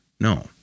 No